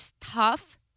tough